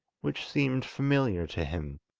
which seemed familiar to him,